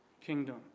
kingdom